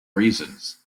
reasons